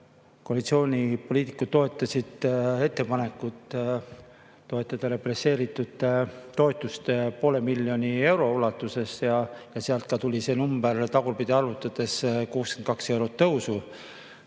koalitsioonipoliitikud toetasid ettepanekut anda represseeritutele toetust poole miljoni euro ulatuses. Sealt tuli ka see number, tagurpidi arvutades, 62 eurot tõusu.